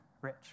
rich